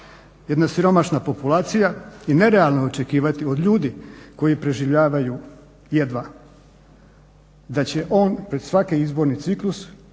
jedna siromašna populacija i nerealno je očekivati od ljudi koji preživljavaju jedva da će on pred svaki izborni ciklus